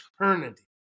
eternity